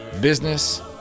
business